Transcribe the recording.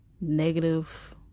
negative